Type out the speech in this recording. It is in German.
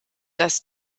das